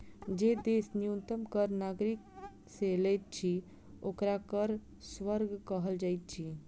जे देश न्यूनतम कर नागरिक से लैत अछि, ओकरा कर स्वर्ग कहल जाइत अछि